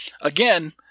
Again